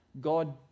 God